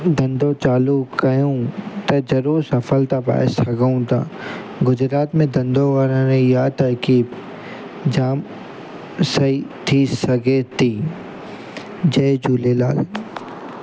धंधो चालू कयूं त ज़रूरु सफ़लता पाए सघूं था गुजरात में धंधो करण जी इहा तर्कीब जाम सही थी सघे थी जय झूलेलाल